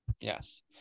yes